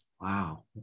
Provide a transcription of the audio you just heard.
Wow